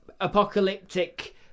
apocalyptic